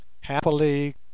Happily